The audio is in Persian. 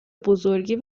بزرگی